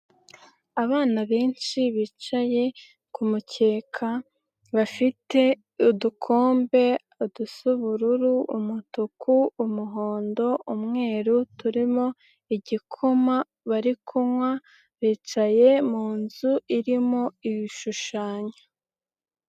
Abana benshi bicaye ku mukeka bafite udukombe udusa ubururu, umutuku, umuhondo, umweru, turimo igikoma bari kunywa bicaye mu nzu irimo ibishushanyo.